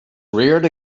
reared